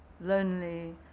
lonely